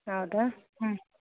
ಹೌದಾ ಹ್ಞೂ